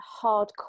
hardcore